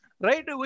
Right